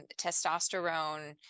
testosterone